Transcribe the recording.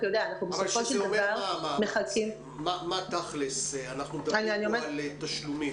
בסופו של דבר --- מה תכלס' בענייני תשלומים?